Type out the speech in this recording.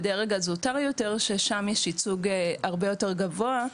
זוטר יותר ששם יש ייצוג הרבה יותר גבוה,